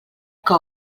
que